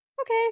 okay